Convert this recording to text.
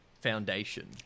foundation